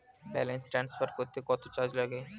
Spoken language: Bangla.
ব্যালেন্স ট্রান্সফার করতে কত চার্জ লাগে?